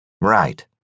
Right